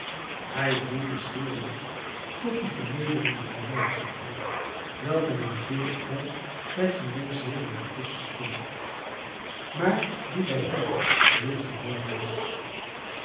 hij voelde schier lust tot die vernederende gemeenzaamheid welke men veelal bij geneesheeren en priesters vindt maar die bij hem niet gewoon was